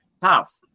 tough